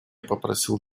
попросил